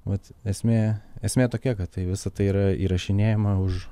vat esmė esmė tokia kad tai visa tai yra įrašinėjama už